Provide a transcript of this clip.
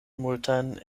multajn